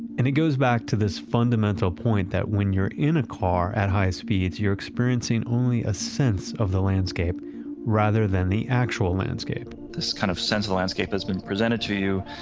and it goes back to this fundamental point that when you're in a car at high speeds, you're experiencing only a sense of the landscape rather than the actual landscape this kind of sense of landscape has been presented to you,